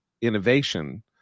innovation